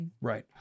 right